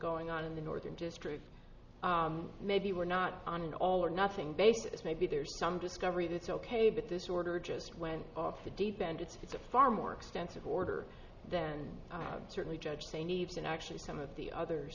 going on in the northern district maybe we're not on an all or nothing basis maybe there's some discovery that's ok but this order just went off the deep end despite the far more extensive order than certainly judge say needs in actually some of the others